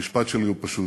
המשפט שלי הוא פשוט: